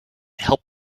help